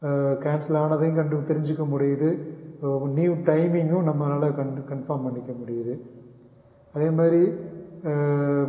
cancel ஆனதையும் கண்டு தெரிஞ்சுக்க முடியிது நியூ டைமிங்கும் நம்மளால் கன் கன்ஃபார்ம் பண்ணிக்க முடியிது அதேமாரி